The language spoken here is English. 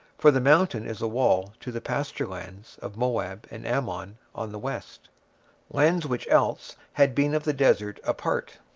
for the mountain is a wall to the pasture-lands of moab and ammon on the west lands which else had been of the desert a part.